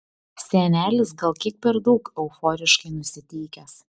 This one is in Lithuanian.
senelis gal kiek per daug euforiškai nusiteikęs